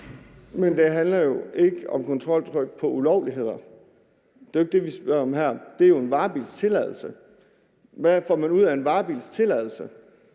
Men det handler jo ikke om kontroltryk på ulovligheder; det er jo ikke det, vi snakker om her – det er en varebilstilladelse. Hvad får man ud af en varebilstilladelse?